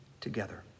together